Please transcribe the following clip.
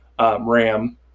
RAM